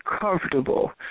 comfortable